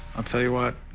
i'll tell you what.